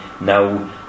now